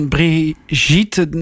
Brigitte